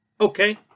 Okay